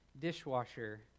dishwasher